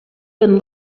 been